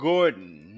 Gordon